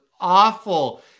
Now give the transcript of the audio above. awful